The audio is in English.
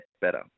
better